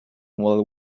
while